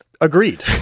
agreed